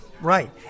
Right